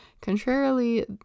Contrarily